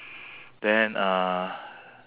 then uh